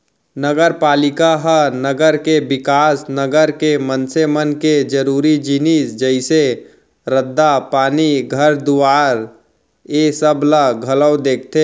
नगरपालिका ह नगर के बिकास, नगर के मनसे मन के जरुरी जिनिस जइसे रद्दा, पानी, घर दुवारा ऐ सब ला घलौ देखथे